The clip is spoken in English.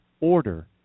order